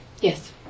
Yes